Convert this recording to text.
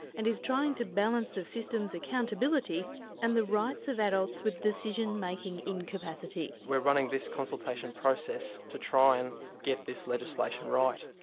and is trying to balance the system's accountability and the rights of adults with decision-making incapacity. we're running this consultation process to try and get this legislation right.